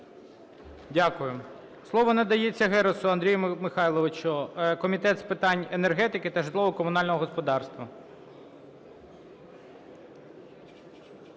Дякую. Слово надається Герусу Андрію Михайловичу, Комітет з питань енергетики та житлово-комунального господарства.